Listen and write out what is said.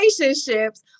relationships